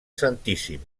santíssim